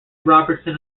robertson